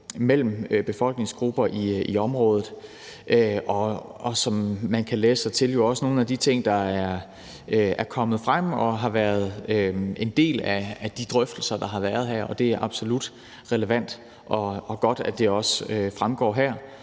mellem befolkningsgrupper i området, og som man kan læse sig til, er det jo også nogle af de ting, der er kommet frem og har været en del af de drøftelser, der har været her. Det er absolut relevant og godt, at det også fremgår her,